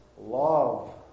love